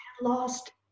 lost